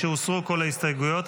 משהוסרו כל ההסתייגויות,